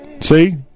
see